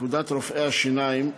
פקודת רופאי השיניים,